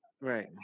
Right